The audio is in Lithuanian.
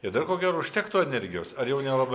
ir dar ko gero užtektų energijos ar jau nelabai